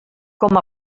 com